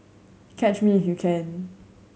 catch me you can